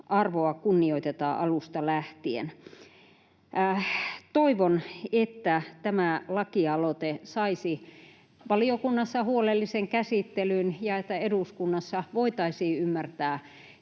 arvoa kunnioitetaan alusta lähtien. Toivon, että tämä lakialoite saisi valiokunnassa huolellisen käsittelyn ja että eduskunnassa voitaisiin ymmärtää